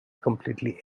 completely